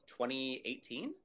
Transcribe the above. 2018